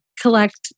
collect